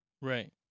Right